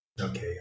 Okay